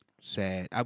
Sad